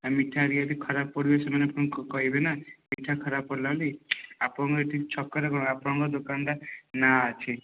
ମିଠା ହେରିକା ବି ଖରାପ ପଡ଼ିବ ସେମାନେ ପୁଣି କହିବେ ନା କି ମିଠା ଖରାପ ପଡ଼ିଲା ବୋଲି ଆପଣଙ୍କର ଏଇଠି ଛକରେ କ'ଣ ଆପଣଙ୍କ ଦୋକାନଟା ନାଁ ଅଛି